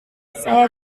saya